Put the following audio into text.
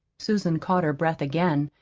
susan caught her breath again,